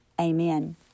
Amen